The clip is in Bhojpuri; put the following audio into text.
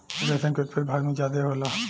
रेशम के उत्पत्ति भारत में ज्यादे होला